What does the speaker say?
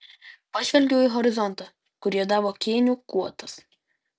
pažvelgiau į horizontą kur juodavo kėnių guotas